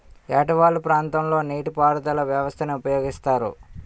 ఏట వాలు ప్రాంతం లొ ఏ నీటిపారుదల వ్యవస్థ ని ఉపయోగిస్తారు?